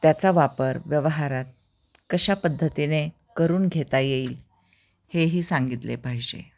त्याचा वापर व्यवहारात कशा पद्धतीने करून घेता येईल हेही सांगितले पाहिजे